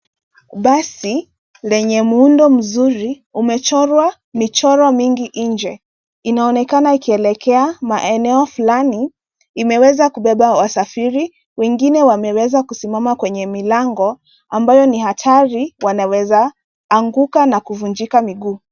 Basi lenye muundo mzuri limechorwa michoro mingi nje. Inaonekana ikielekea maeneo fulani. Imeweza kubeba wasafiri, wengine wameweza kusimama kwenye milango ambayo ni hatari wanaweza anguka na kuvunjika miguu.